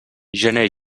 gener